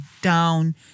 down